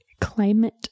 climate